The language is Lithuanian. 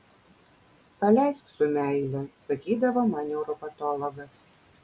paleisk su meile sakydavo man neuropatologas